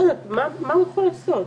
מה הוא יכול לעשות?